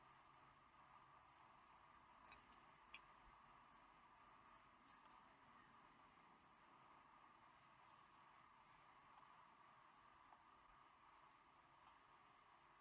no no